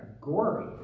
gory